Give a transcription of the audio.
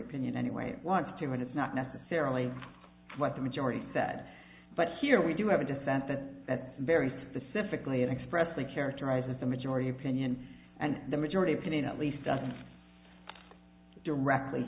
opinion anyway it wants to and it's not necessarily what the majority said but here we do have a dissent that that very specifically expressly characterizes the majority opinion and the majority opinion at least d